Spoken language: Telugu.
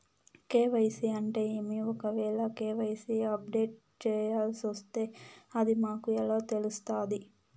కె.వై.సి అంటే ఏమి? ఒకవేల కె.వై.సి అప్డేట్ చేయాల్సొస్తే అది మాకు ఎలా తెలుస్తాది?